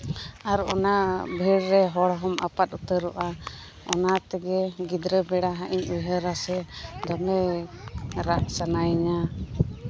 ᱟᱨ ᱚᱱᱟ ᱵᱷᱤᱲ ᱨᱮ ᱦᱚᱲ ᱦᱚᱸᱢ ᱟᱯᱟᱫ ᱩᱛᱟᱹᱨᱚᱜᱼᱟ ᱚᱱᱟ ᱛᱮᱜᱮ ᱜᱤᱫᱽᱨᱟᱹ ᱵᱮᱲᱟ ᱦᱟᱸᱜ ᱤᱧ ᱩᱭᱦᱟᱹᱨᱟᱥᱮ ᱫᱚᱢᱮ ᱨᱟᱜ ᱥᱟᱱᱟᱭᱤᱧᱟᱹ